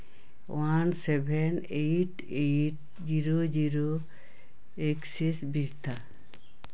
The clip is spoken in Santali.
one seven eight eight zero zero Axis